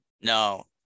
No